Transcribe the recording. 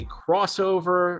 crossover